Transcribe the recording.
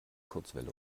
kurzwelle